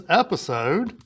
episode